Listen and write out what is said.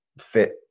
fit